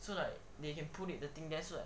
so like they can put it the thing there so like